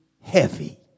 heavy